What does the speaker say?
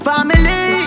Family